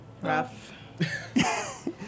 Rough